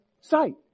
sight